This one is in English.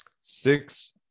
Six